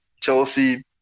Chelsea